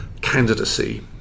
candidacy